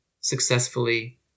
successfully